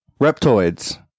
reptoids